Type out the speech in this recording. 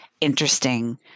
interesting